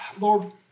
Lord